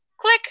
Click